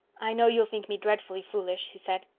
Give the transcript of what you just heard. i know you'll think me dreadfully foolish, she said.